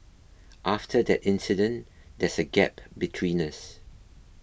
after that incident there's a gap between us